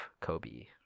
Kobe